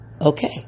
okay